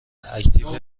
اکتیو